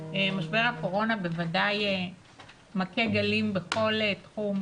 משבר הקורונה בוודאי מכה גלים בכל תחום